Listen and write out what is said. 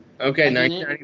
Okay